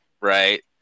right